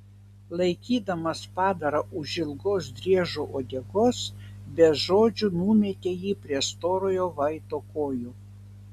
laikydamas padarą už ilgos driežo uodegos be žodžių numetė jį prie storojo vaito kojų